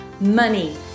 money